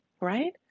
right